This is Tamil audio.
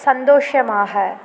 சந்தோஷமாக